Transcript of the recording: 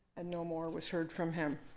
and no more was heard from him.